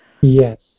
Yes